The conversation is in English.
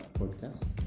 podcast